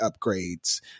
upgrades